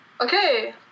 Okay